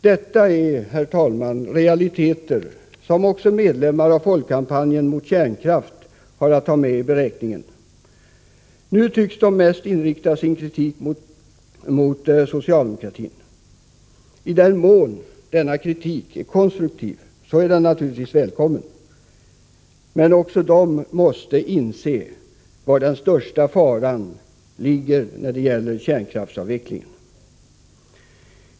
Detta är, herr talman, realiteter som också medlemmar i Folkkampanjen mot kärnkraft har att ta med i beräkningen. Nu tycks de mest inrikta sin kritik mot socialdemokratin. I den mån denna kritik är konstruktiv är den naturligtvis välkommen, men också de måste inse var den största faran ligger när det gäller kärnkraftsavvecklingen.